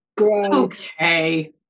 Okay